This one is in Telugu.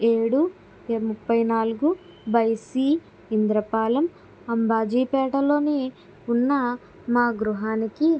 ఏడు ముప్పై నాలుగు బై సి ఇంద్ర పాలెం అంబాజీపేటలోని ఉన్న మా గృహానికి